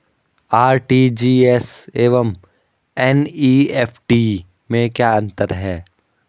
RTGS एवं NEFT में क्या अंतर है?